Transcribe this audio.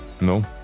No